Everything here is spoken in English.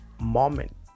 moment